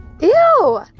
Ew